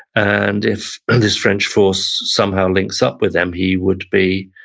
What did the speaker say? and if this french force somehow links up with them, he would be